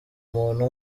umuntu